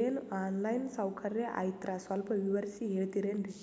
ಏನು online ಸೌಕರ್ಯ ಐತ್ರ ಸ್ವಲ್ಪ ವಿವರಿಸಿ ಹೇಳ್ತಿರೆನ್ರಿ?